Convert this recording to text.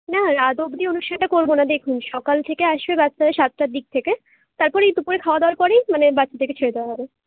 না রাত অবধি অনুষ্ঠানটা করব না দেখুন সকাল থেকে আসবে বাচ্চারা সাতটার দিক থেকে তারপরেই দুপুরে খাবার দাবারের পরেই মানে বাচ্চাদেরকে ছেড়ে দেওয়া হবে